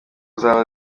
zaba